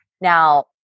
Now